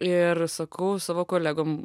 ir sakau savo kolegom